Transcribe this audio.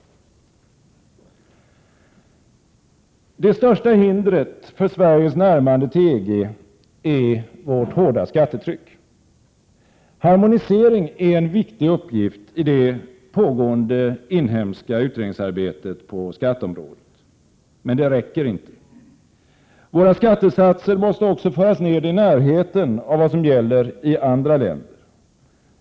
Det största hindret för Sveriges närmande till EG är vårt hårda skattetryck. Harmonisering är en viktig uppgift i det pågående inhemska utredningsarbetet på skatteområdet. Men det räcker inte. Våra skattesatser måste också föras ned i närheten av vad som gäller i andra länder.